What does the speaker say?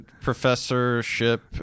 professorship